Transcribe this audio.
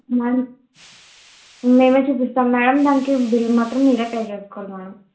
madam మేమే చూపిస్తాం madam దానికి బిల్ మాత్రం మీరే పే చేసుకోవాలి మేడం